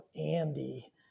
Andy